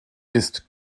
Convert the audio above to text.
ist